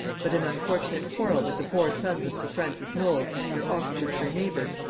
but an unfortunate quarrel with the four sons of sir francis knolles, their oxfordshire neighbour,